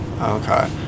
Okay